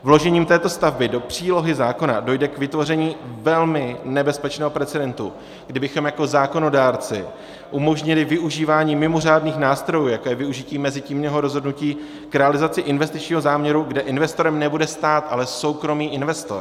Vložením této stavby do přílohy zákona dojde k vytvoření velmi nebezpečného precedentu, kdy bychom jako zákonodárci umožnili využívání mimořádných nástrojů, jako je využití mezitímního rozhodnutí, k realizaci investičního záměru, kde investorem nebude stát, ale soukromý investor.